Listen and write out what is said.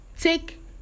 take